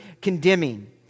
condemning